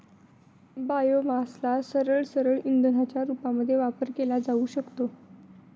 बायोमासला सरळसरळ इंधनाच्या रूपामध्ये वापर केला जाऊ शकतो